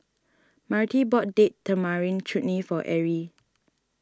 Marty bought Date Tamarind Chutney for Erie